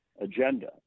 agenda